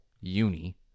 Uni